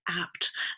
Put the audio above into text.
apt